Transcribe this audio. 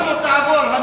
ציפור לא תעבור שם.